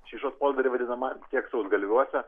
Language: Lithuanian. šyšos poldery vadinamajam tiek sausgalviuose